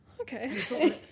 Okay